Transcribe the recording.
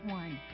one